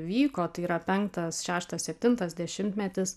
vyko tai yra penktas šeštas septintas dešimtmetis